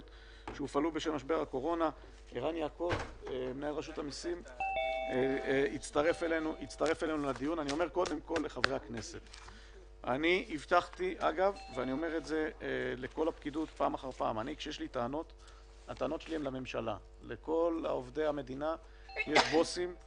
בשעה 12:40.